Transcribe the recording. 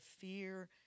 fear